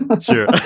Sure